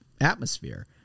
atmosphere